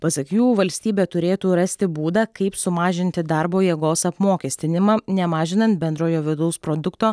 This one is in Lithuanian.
pasak jų valstybė turėtų rasti būdą kaip sumažinti darbo jėgos apmokestinimą nemažinant bendrojo vidaus produkto